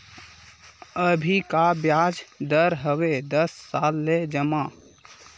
अभी का ब्याज दर हवे दस साल ले जमा मा?